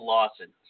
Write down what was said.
Lawson